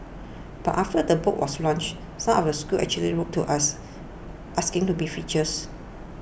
but after the book was launched some of the schools actually wrote to us asking to be featured